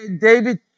David